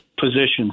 positions